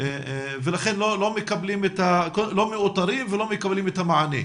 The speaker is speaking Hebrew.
ולכן לא מאותרים ולא מקבלים את המענה,